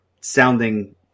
sounding